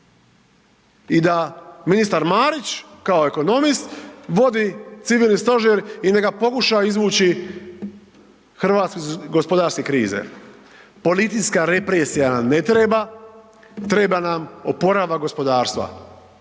i da ministar Marić kao ekonomist vodi civilni stožer i neka pokuša izvući RH iz gospodarske krize. Policijska represija nam ne treba, treba nam oporavak gospodarstva.